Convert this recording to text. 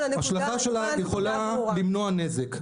השלכה שלה יכולה למנוע נזק.